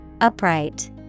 Upright